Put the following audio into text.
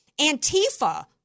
Antifa